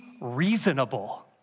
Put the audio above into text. reasonable